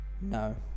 No